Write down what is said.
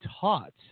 taught